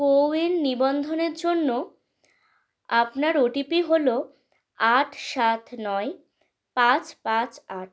CoWIN নিবন্ধনের জন্য আপনার ওটিপি হলো আট সাত নয় পাঁচ পাঁচ আট